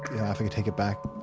yeah if i could take it back,